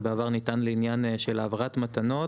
ובעבר ניתן לעניין של העברת מתנות.